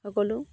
সকলো